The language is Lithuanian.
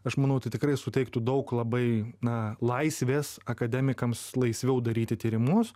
aš manau tai tikrai suteiktų daug labai na laisvės akademikams laisviau daryti tyrimus